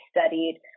studied